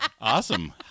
Awesome